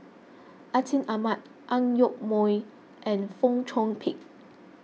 Atin Amat Ang Yoke Mooi and Fong Chong Pik